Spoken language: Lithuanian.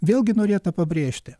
vėlgi norėta pabrėžti